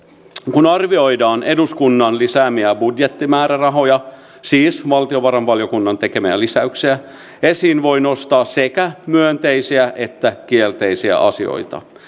kun arvioidaan eduskunnan lisäämiä budjettimäärärahoja siis valtiovarainvaliokunnan tekemiä lisäyksiä esiin voi nostaa sekä myönteisiä että kielteisiä asioita